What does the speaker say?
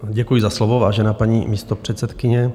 Děkuji za slovo, vážená paní místopředsedkyně.